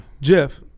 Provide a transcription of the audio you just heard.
Jeff